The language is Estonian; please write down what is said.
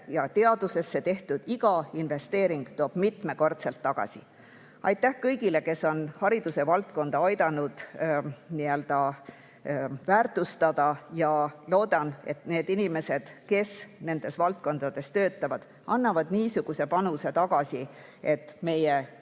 iga teadusesse tehtud investeering toob mitmekordselt tagasi. Aitäh kõigile, kes on haridusvaldkonda aidanud väärtustada! Loodan, et need inimesed, kes nendes valdkondades töötavad, annavad tagasi niisuguse panuse, et meie